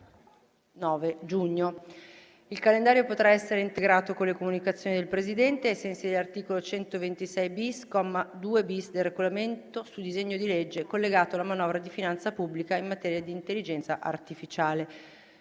Il calendario potrà essere integrato con le comunicazioni del Presidente, ai sensi dell'articolo 126-*bis*, comma 2-*bis* del Regolamento, sul disegno di legge collegato alla manovra di finanza pubblica in materia di intelligenza artificiale.